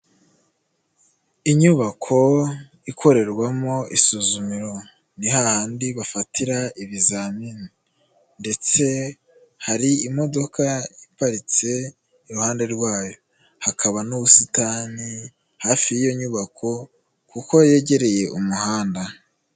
Inyubako ikorerwamo isuzumiro ni hahandi bafatira ibizamini ndetse hari imodoka iparitse iruhande rwayo, hakaba n'ubusitani hafi y'iyo nyubako kuko yegereye umuhanda.